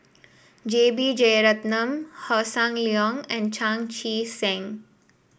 J B Jeyaretnam Hossan Leong and Chan Chee Seng